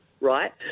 right